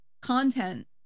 content